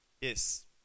yes